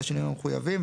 בשינויים המחויבים,